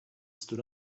stood